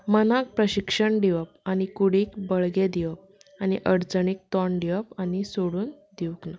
मनाक प्रक्षिशण दिवप आनी कुडीक बळगें दिवप आनी अडचणेक तोंड दिवप आनी सोडून दिवंक